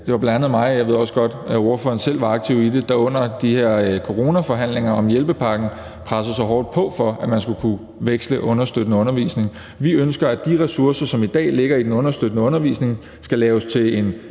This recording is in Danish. at det bl.a. var mig – og jeg ved også godt, at ordføreren selv var aktiv i det – der under de her coronaforhandlinger om hjælpepakken pressede hårdt på, for at man skulle kunne veksle understøttende undervisning til noget andet. Vi ønsker, at de ressourcer, som i dag bruges på den understøttende undervisning, skal lægges i en